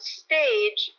stage